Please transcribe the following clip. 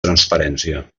transparència